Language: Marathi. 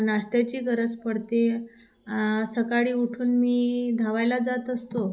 नाश्त्याची गरज पडते सकाळी उठून मी धावायला जात असतो